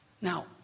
Now